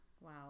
Wow